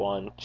One